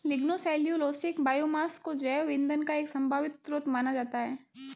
lignocellulosic biomass को जैव ईंधन का एक संभावित स्रोत माना जाता है